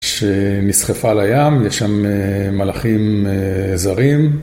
שסחפה לים, יש שם מלחים זרים...